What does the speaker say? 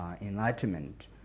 enlightenment